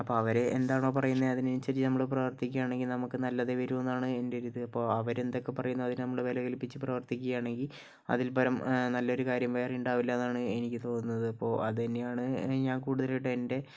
അപ്പോൾ അവർ എന്താണോ പറയുന്നത് അതിനനുസരിച്ച് നമ്മൾ പ്രവർത്തിക്കുകയാണെങ്കിൽ നമുക്ക് നല്ലതേ വരൂ എന്നാണ് എൻ്റെ ഒരു ഇത് അപ്പോൾ അവര് എന്തൊക്കെ പറയുന്നു അതിന് നമ്മൾ വില കൽപ്പിച്ച് പ്രവർത്തിക്കുകയാണെങ്കിൽ അതിൽ പരം നല്ലൊരു കാര്യം വേറെ ഉണ്ടാവില്ല എന്നാണ് എനിക്ക് തോന്നുന്നത് അപ്പോൾ അത് തന്നെയാണ് എനിക്ക് ഞാൻ കൂടുതലായിട്ടും എൻ്റെ